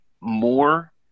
more